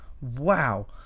Wow